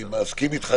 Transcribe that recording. אני גם מסכים אתך,